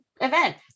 event